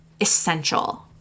essential